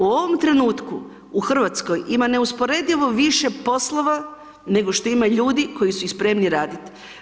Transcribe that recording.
U ovom trenutku u Hrvatskoj ima neusporedivo više poslova nego što ima ljudi koji su ih spremni radit.